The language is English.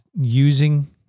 using